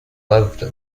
loved